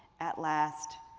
at last,